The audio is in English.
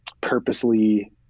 purposely